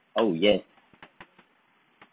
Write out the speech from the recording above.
oh ya